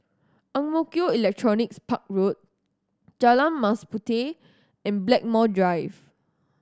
Ang Mo Kio Electronics Park Road Jalan Mas Puteh and Blackmore Drive